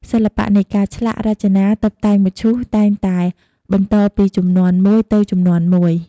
សិល្បៈនៃការឆ្លាក់ រចនា តុបតែងមឈូស តែងតែបន្តពីជំនាន់មួយទៅជំនាន់មួយ។